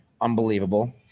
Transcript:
unbelievable